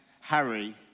Harry